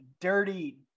Dirty